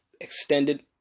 extended